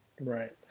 Right